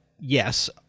yes